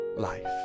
life